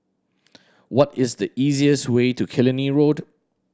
what is the easiest way to Killiney Road